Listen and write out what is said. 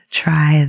try